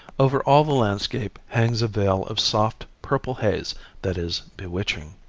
over all the landscape hangs a veil of soft, purple haze that is bewitching.